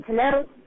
Hello